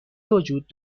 وجود